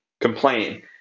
complain